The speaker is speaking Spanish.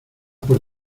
por